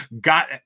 got